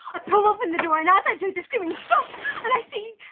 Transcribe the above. i pull open the door and, as i do, the screaming stops and i see